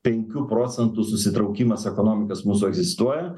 penkių procentų susitraukimas ekonomikos mūsų egzistuoja